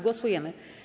Głosujemy.